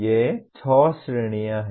ये छह श्रेणियां हैं